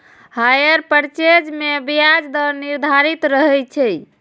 hire purchase मे ब्याज दर निर्धारित रहै छै